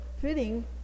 fitting